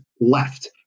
left